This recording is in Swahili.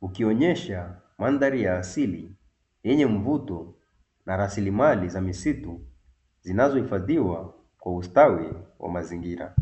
ukionyesha mandhari ya asili yenye mvuto na rasilimali za misitu zinazohifadhiwa kwa ustawi wa mazingira.